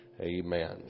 amen